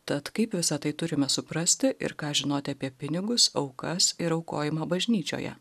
tad kaip visa tai turime suprasti ir ką žinoti apie pinigus aukas ir aukojimą bažnyčioje